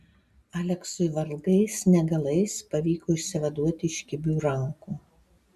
aleksui vargais negalais pavyko išsivaduoti iš kibių rankų